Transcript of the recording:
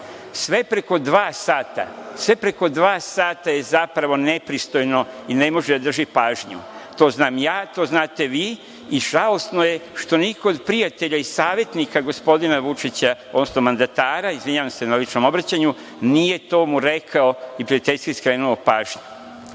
minuta do sat i po. Sve preko dva sata je zapravo nepristojno i ne može da drži pažnju. To znam ja, to znate vi. Žalosno je što niko od prijatelja i savetnika gospodina Vučića, odnosno mandatara, izvinjavam se na ličnom obraćanju, nije to mu rekao i prijateljski skrenuo pažnju. Da